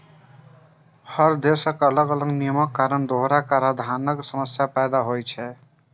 हर देशक अलग अलग नियमक कारण दोहरा कराधानक समस्या पैदा होइ छै